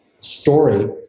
story